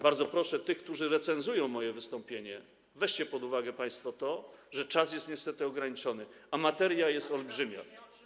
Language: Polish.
Bardzo proszę tych, którzy recenzują moje wystąpienie: weźcie państwo pod uwagę to, że czas jest niestety ograniczony, a materia jest olbrzymia.